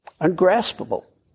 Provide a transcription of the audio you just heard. ungraspable